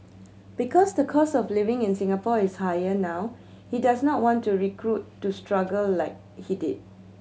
because the cost of living in Singapore is higher now he does not want to recruit to struggle like he did